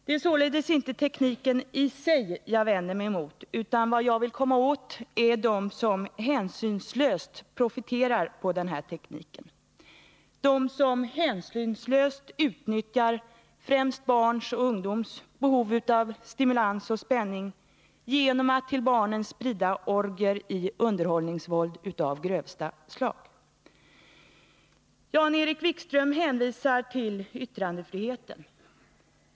Det är således inte tekniken i sig jag vänder mig mot, utan vad jag vill komma åt är de som hänsynslöst profiterar på den här tekniken, de som hänsynslöst utnyttjar främst barns och ungdomars behov av stimulans och spänning genom att till barnen sprida orgier i underhållningsvåld av grövsta slag. Jan-Erik Wikström hänvisar till yttrandefriheten.